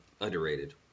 underrated